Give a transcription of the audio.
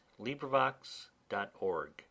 LibriVox.org